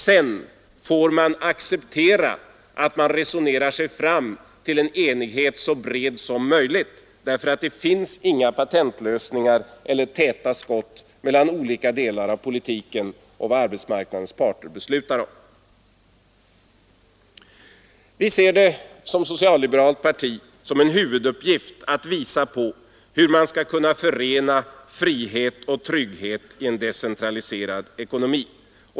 Sedan får det accepteras att man resonerar sig fram till en enighet så bred som möjligt, därför att det finns inga patentlösningar eller täta skott mellan olika delar av politiken och vad arbetsmarknadens parter beslutar om. Som ett socialliberalt parti ser vi det som en huvuduppgift att visa på hur man skall kunna förena frihet och trygghet i en decentraliserad ekonomi.